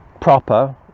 proper